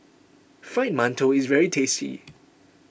Fried Mantou is very tasty